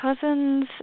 cousins